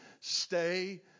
stay